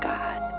God